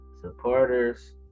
Supporters